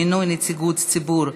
מינוי נציגות ציבור),